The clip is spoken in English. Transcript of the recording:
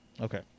okay